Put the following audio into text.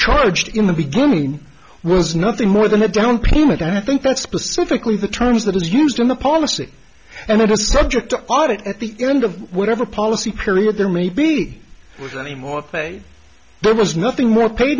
charged in the beginning was nothing more than a down payment i think that's specifically the terms that was used in the policy and it was subject to audit at the end of whatever policy period there may be anymore play there was nothing more pa